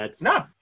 No